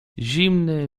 zimny